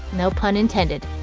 no pun intended.